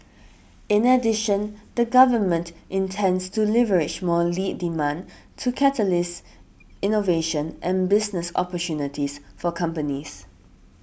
in addition the Government intends to leverage more lead demand to catalyse innovation and business opportunities for companies